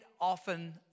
often